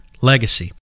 Legacy